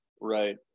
Right